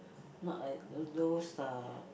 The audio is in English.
not like the those uh